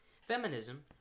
Feminism